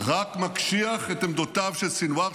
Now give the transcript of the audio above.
רק מקשיח את עמדותיו של סנוואר,